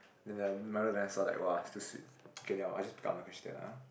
then the milo dinosaur like [wah] it's too sweet okay nevermind I just pick out my question ah